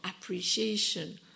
appreciation